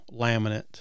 laminate